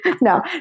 No